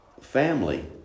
family